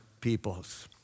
people's